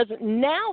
now